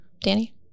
Danny